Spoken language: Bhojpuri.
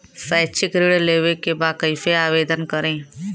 शैक्षिक ऋण लेवे के बा कईसे आवेदन करी?